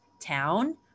town